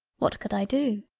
what could i do?